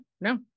no